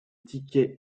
tickets